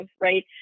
right